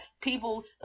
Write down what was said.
people